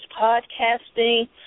podcasting